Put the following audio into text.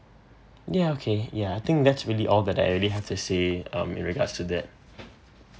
ya okay ya I think that's really all that I really have to say um in regards to that